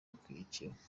yakurikiye